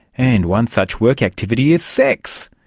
and one such work activity is sex?